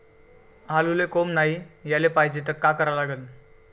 आलूले कोंब नाई याले पायजे त का करा लागन?